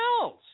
else